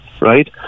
right